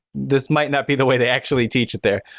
this might not be the way they actually teach it there,